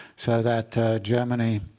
so that germany